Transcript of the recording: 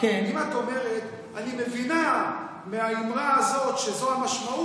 אם את אומרת: אני מבינה מהאמרה הזאת שזאת המשמעות,